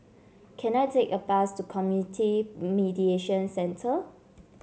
can I take a bus to Community Mediation Centre